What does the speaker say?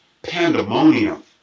Pandemonium